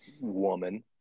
woman